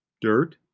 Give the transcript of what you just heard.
Dirt